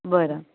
बरं